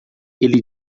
ele